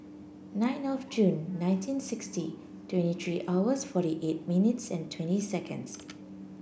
nine of June nineteen sixty twenty three hours forty eight minutes and twenty seconds